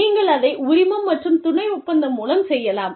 நீங்கள் அதை உரிமம் மற்றும் துணை ஒப்பந்தம் மூலம் செய்யலாம்